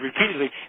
repeatedly